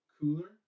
cooler